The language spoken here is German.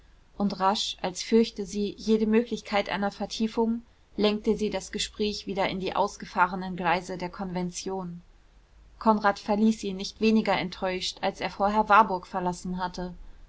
und rasch als fürchte sie jede möglichkeit einer vertiefung lenkte sie das gespräch wieder in die ausgefahrenen gleise der konvention konrad verließ sie nicht weniger enttäuscht als er vorher warburg verlassen hatte